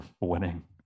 winning